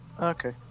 okay